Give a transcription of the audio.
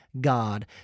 God